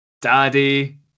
Daddy